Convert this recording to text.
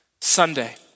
Sunday